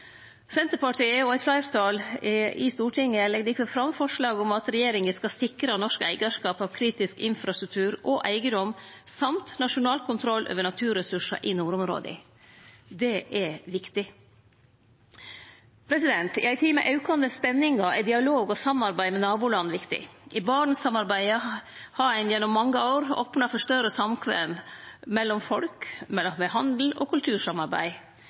Senterpartiet og eit fleirtal i Stortinget legg difor fram forslag om at regjeringa skal sikre norsk eigarskap av kritisk infrastruktur og eigedom i tillegg til nasjonal kontroll over naturressursar i nordområda. Det er viktig. I ei tid med aukande spenningar er dialog og samarbeid med naboland viktig. I Barentssamarbeidet har ein gjennom mange år opna for større samkvem mellom folk, med handel og kultursamarbeid.